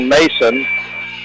Mason